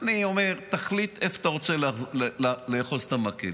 אני אומר, תחליט איפה אתה רוצה לאחוז את המקל.